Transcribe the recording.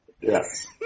Yes